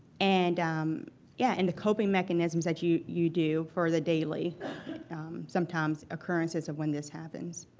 and um yeah, and the coping mechanisms that you you do for the daily sometimes occurrences of when this happens.